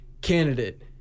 candidate